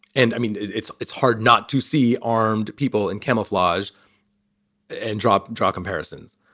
and i mean, it's it's hard not to see armed people in camouflage and drop draw comparisons.